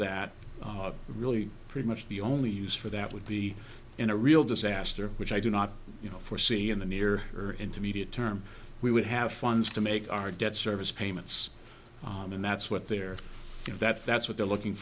that really pretty much the only use for that would be in a real disaster which i do not you know foresee in the near or intermediate term we would have funds to make our debt service payments and that's what they're you know that that's what they're looking